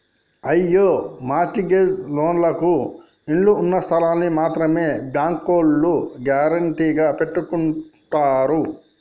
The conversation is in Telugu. అయ్యో మార్ట్ గేజ్ లోన్లకు ఇళ్ళు ఉన్నస్థలాల్ని మాత్రమే బ్యాంకోల్లు గ్యారెంటీగా పెట్టుకుంటారు